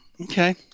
Okay